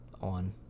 on